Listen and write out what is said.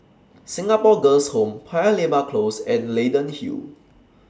Singapore Girls' Home Paya Lebar Close and Leyden Hill